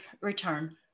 return